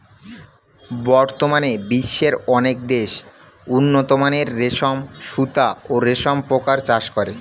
বর্তমানে বিশ্বের অনেক দেশ উন্নতমানের রেশম সুতা ও রেশম পোকার চাষ করে